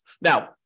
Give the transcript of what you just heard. Now